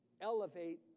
elevate